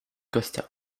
costa